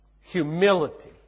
humility